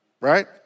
Right